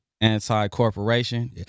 Anti-corporation